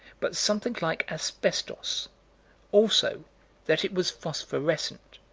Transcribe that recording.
but something like asbestos also that it was phosphorescent.